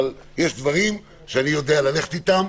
אבל יש דברים שאני יודע ללכת איתם.